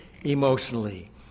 emotionally